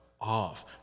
off